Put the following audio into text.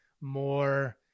more